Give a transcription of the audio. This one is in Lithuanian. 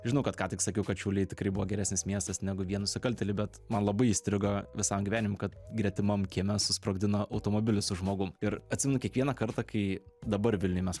žinau kad ką tik sakiau kad šiauliai tikrai buvo geresnis miestas negu vien nusikaltėliai bet man labai įstrigo visam gyvenimui kad gretimam kieme susprogdino automobilį su žmogum ir atsimenu kiekvieną kartą kai dabar vilniuj mes